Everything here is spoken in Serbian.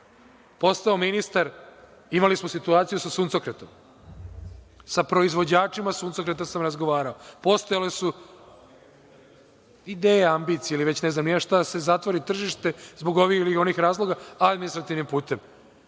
postao ministar imali smo situaciju sa suncokretom. Sa proizvođačima suncokreta sam razgovarao. Postojale su ideje, ambicije ili već ne znam ni ja šta, da se zatvori tržište zbog ovih ili onih razloga administrativnim putem.